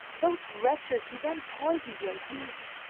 those wretches who then poisoned your youth!